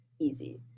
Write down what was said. easy